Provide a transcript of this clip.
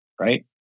right